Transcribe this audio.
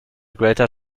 greater